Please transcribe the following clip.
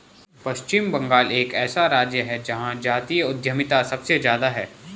पश्चिम बंगाल एक ऐसा राज्य है जहां जातीय उद्यमिता सबसे ज्यादा हैं